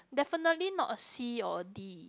definitely not a C or a D